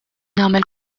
nagħmel